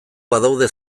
badaude